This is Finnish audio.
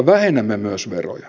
vähennämme myös veroja